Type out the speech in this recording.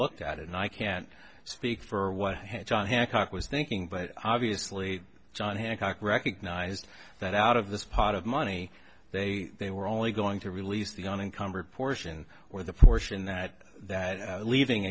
looked at it and i can't speak for what had john hancock was thinking but obviously john hancock recognized that out of this pot of money they they were only going to release the on encumbered portion or the portion that that leaving